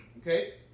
okay